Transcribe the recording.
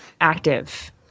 active